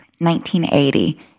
1980